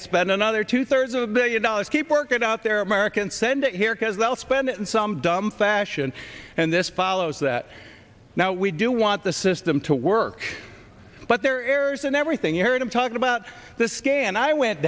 day spend another two thirds of a million dollars keep work it out there americans send it here because well spend it in some dumb fashion and this follows that now we do want the system to work but there are errors and everything you heard him talking about the scale and i went